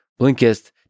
Blinkist